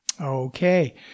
Okay